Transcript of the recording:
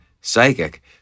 psychic